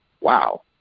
Wow